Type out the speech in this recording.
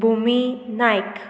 Bhumi Naik